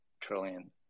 trillion